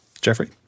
Jeffrey